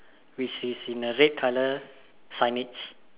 which is in a red colour signage